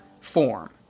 form